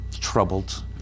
troubled